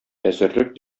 әзерлек